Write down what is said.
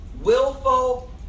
Willful